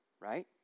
right